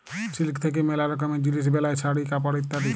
silk থাক্যে ম্যালা রকমের জিলিস বেলায় শাড়ি, কাপড় ইত্যাদি